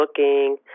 looking